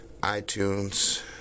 iTunes